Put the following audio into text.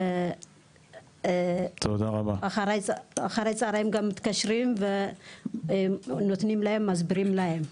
ואחרי צוהריים גם מתקשרים ומסבירים להם.